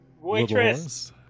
Waitress